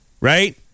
right